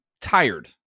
tired